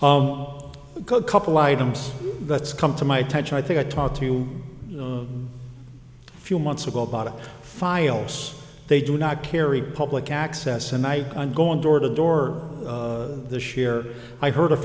items that's come to my attention i think i talked to a few months ago about files they do not carry public access and i am going door to door the share i heard